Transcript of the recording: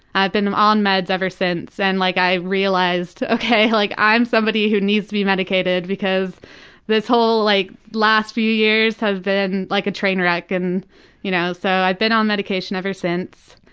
i've been um on meds ever since and like i realized, okay, like i'm somebody who needs to be medicated because this whole like last few years have been like a train wreck, and you know so i've been on medication ever since.